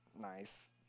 Nice